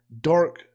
dark